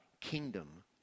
kingdom